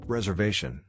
Reservation